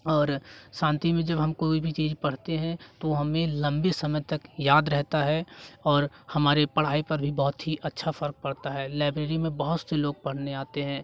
और शांति में जब हम कोई भी चीज पढ़ते हैं तो वो हमे लंबे समय तक याद रहता है और हमारे पढ़ाई पर भी बहुत ही अच्छा फ़र्क पड़ता है लाइब्रेरी में बहुत से लोग पढ़ने आते हैं